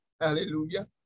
hallelujah